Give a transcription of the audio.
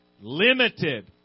limited